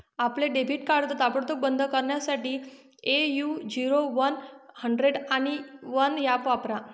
आपले debit card ताबडतोब बंद करण्यासाठी ए.यू झिरो वन हंड्रेड आणि वन ऍप वापरा